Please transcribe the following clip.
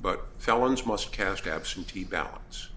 but felons must cast absentee ballots